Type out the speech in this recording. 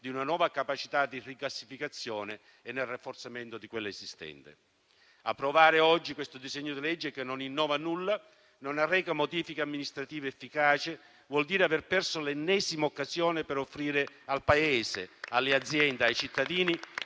di una nuova capacità di rigassificazione e nel rafforzamento di quella esistente. Approvare oggi questo disegno di legge che non innova nulla e non arreca modifiche amministrative efficaci vuol dire aver perso l'ennesima occasione per offrire al Paese, alle aziende e ai cittadini